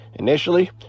Initially